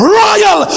royal